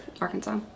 arkansas